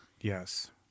Yes